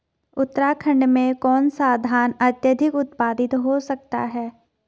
उत्तराखंड में कौन सा धान अत्याधिक उत्पादित हो सकता है?